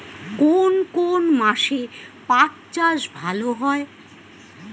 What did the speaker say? কোন কোন মাসে পাট চাষ ভালো হয়?